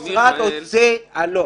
לא,